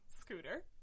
Scooter